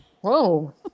Whoa